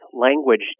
language